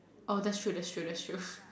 oh that's true that's true that's true